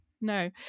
No